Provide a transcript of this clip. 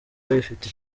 ifite